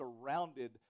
surrounded